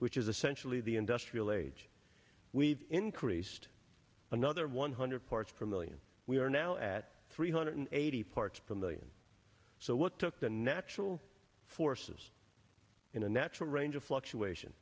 which is essentially the industrial age we've increased another one hundred parts per million we are now at three hundred eighty parts per million so what took the natural forces in a natural range of fluctuation